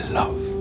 love